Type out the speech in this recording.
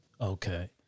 Okay